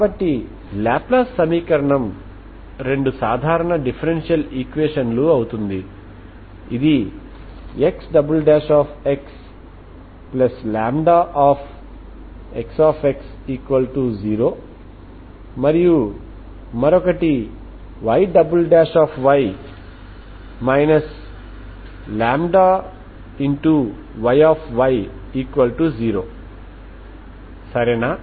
కాబట్టి లాప్లాస్ సమీకరణం రెండు సాధారణ డిఫెరెన్షియల్ ఈక్వేషన్లు అవుతుంది అదిXxλXx0 మరియు మరొకటి Yy λYy0 సరేనా